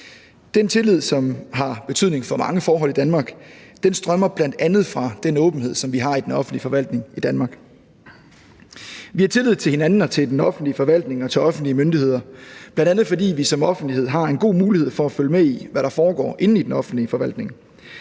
Den tillid, som har betydning for mange forhold i Danmark, stammer bl.a. fra den åbenhed, som vi har i den offentlige forvaltning i Danmark. Vi har tillid til hinanden og til den offentlige forvaltning og til de offentlige myndigheder, bl.a. fordi vi som offentlighed har en god mulighed for at følge med i, hvad der foregår i den offentlige forvaltning.